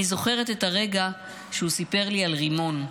אני זוכרת את הרגע שהוא סיפר לי על רימון.